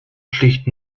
schlicht